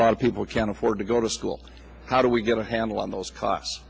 a lot of people can't afford to go to school how do we get a handle on those costs